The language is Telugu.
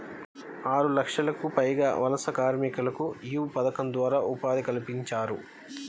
ఆరులక్షలకు పైగా వలస కార్మికులకు యీ పథకం ద్వారా ఉపాధి కల్పించారు